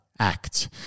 Act